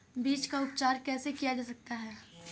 बीज का उपचार कैसे किया जा सकता है?